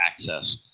access